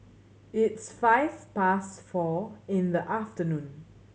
its five past four in the afternoon